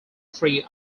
free